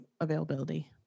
availability